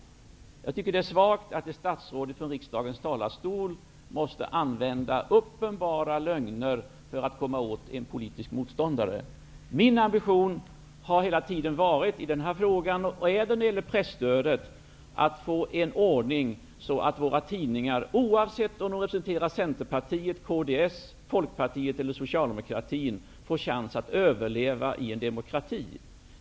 Jag tycker att det är svagt att ett statsråd i riksdagens talarstol måste använda uppenbara lögner för att komma åt en politisk motståndare. Min ambition när det gäller både den här frågan och presstödet har hela tiden varit att få till stånd en ordning så, att tidningarna -- oavsett om de representerar Centerpartiet, kds, Folkpartiet eller Socialdemokraterna -- får chans att överleva i en demokrati.